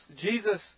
Jesus